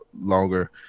longer